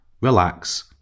relax